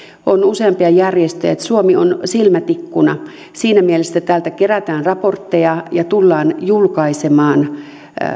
on useampia järjestöjä joille suomi on silmätikkuna siinä mielessä että täältä kerätään raportteja ja tullaan julkaisemaan